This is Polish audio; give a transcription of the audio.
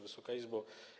Wysoka Izbo!